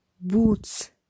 Boots